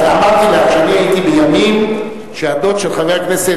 אמרתי לך שאני הייתי בימים שהדוד של חבר הכנסת